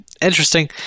interesting